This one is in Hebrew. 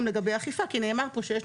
כי נאמר פה שיש,